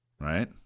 right